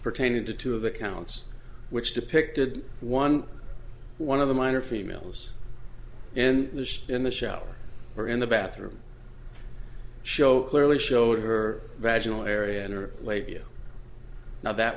pertain to two of the counts which depicted one one of the minor females and in the shower or in the bathroom show clearly showed her vaginal area and her lady now that